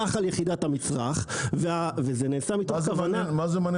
קח על יחידת המצרך וזה נעשה מתוך כוונה --- מה זה מעניין?